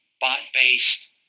bot-based